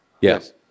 yes